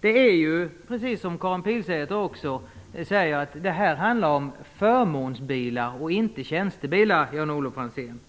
Det här handlar, precis som Karin Pilsäter säger, om förmånsbilar och inte om tjänstebilar, Jan-Olof Franzén.